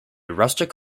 rustic